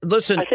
Listen